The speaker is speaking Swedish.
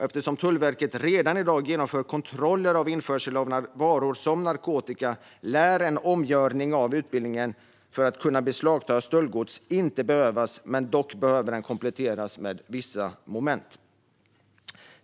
Eftersom Tullverket redan i dag genomför kontroller av införsel av varor som narkotika lär en omgörning av utbildningen för att tullarna ska kunna beslagta stöldgods inte behövas. Dock behöver den kompletteras med vissa moment.